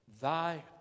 Thy